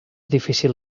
difícil